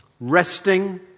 resting